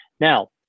Now